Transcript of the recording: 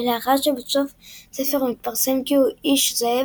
ולאחר שבסוף הספר מתפרסם כי הוא איש-זאב,